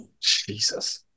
Jesus